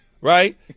right